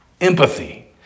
Empathy